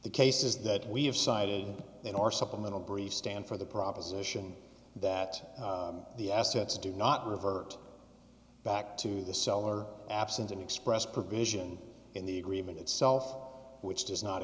the cases that we have cited in our supplemental brief stand for the proposition that the assets do not revert back to the seller absent an express provision in the agreement itself which does not